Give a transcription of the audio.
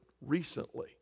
recently